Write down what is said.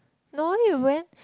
no you went